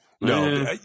No